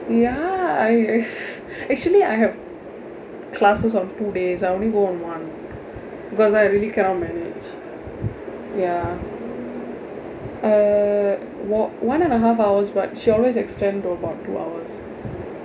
ya I actually I have classes on two days I only go on one because I really cannot manage ya err wo~ one and a half hours but she always extend to about two hours